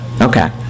okay